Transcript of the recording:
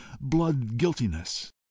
blood-guiltiness